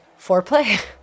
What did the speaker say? foreplay